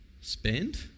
spend